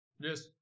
Yes